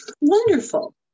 Wonderful